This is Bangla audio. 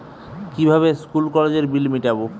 কিভাবে স্কুল কলেজের বিল মিটাব?